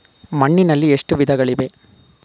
ಮಣ್ಣಿನಲ್ಲಿ ಎಷ್ಟು ವಿಧಗಳಿವೆ?